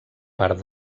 part